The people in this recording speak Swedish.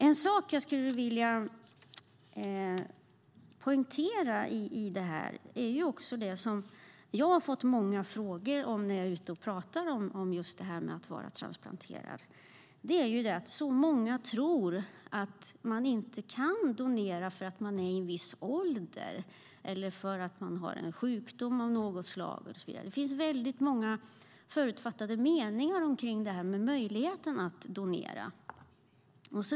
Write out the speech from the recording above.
En sak jag skulle vilja poängtera är det som jag får många frågor om när jag är ute och pratar om just detta att vara transplanterad, nämligen att så många tror att man inte kan donera om man är i en viss ålder eller om man har en sjukdom av något slag. Det finns många förutfattade meningar omkring möjligheterna att donera.